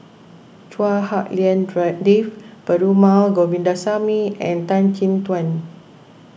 Chua Hak Lien Dave Perumal Govindaswamy and Tan Chin Tuan